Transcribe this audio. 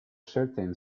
certain